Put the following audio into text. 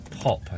pop